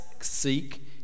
seek